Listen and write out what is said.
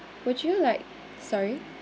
would you like sorry